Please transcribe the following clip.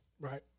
Right